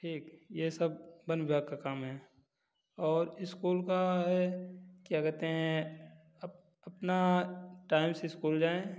ठीक ये सब वन विभाग का काम है और इस्कूल का है क्या कहते हैं अपना टाइम से इस्कूल जाए